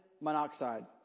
monoxide